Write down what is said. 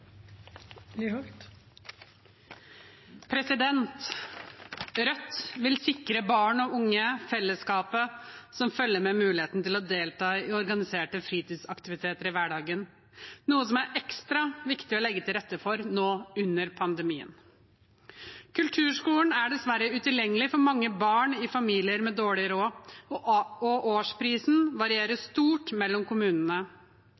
Rødt vil sikre barn og unge fellesskapet som følger med muligheten til å delta i organiserte fritidsaktiviteter i hverdagen, noe som er ekstra viktig å legge til rette for nå under pandemien. Kulturskolen er dessverre utilgjengelig for mange barn i familier med dårlig råd, og årsprisen varierer stort mellom kommunene.